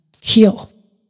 heal